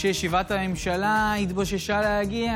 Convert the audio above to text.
את המיסוי הנוסף הזה על הסוללות ולהשאיר אותו באמת